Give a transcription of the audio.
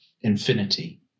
Infinity